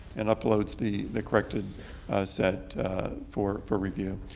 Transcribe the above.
and uploads the the corrected set for for review.